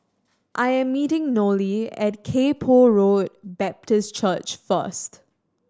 i am meeting Nolie at Kay Poh Road Baptist Church first